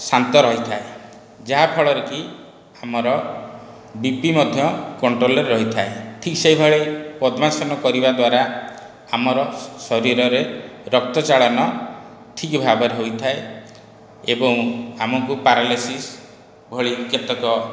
ଶାନ୍ତ ରହିଥାଏ ଯାହା ଫଳରେକି ଆମର ବିପି ମଧ୍ୟ କଣ୍ଟ୍ରୋଲରେ ରହିଥାଏ ଠିକ ସେହିଭଳି ପଦ୍ମାସନ କରିବା ଦ୍ଵାରା ଆମର ଶରୀରରେ ରକ୍ତ ଚାଳନ ଠିକ ଭାବରେ ହୋଇଥାଏ ଏବଂ ଆମକୁ ପରାଲିଶିସ୍ ଭଳି କେତେକ